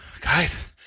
Guys